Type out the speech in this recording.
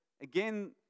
again